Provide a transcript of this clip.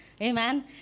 amen